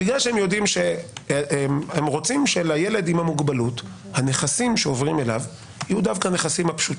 בגלל שהם רוצים שהנכסים שעוברים לילד עם המוגבלות יהיו פשוטים,